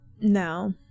No